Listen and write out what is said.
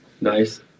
nice